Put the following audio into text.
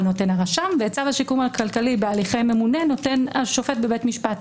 נותן הרשם ואת צו השיקום הכלכלי בהליכי ממונה נותן השופט בבית משפט.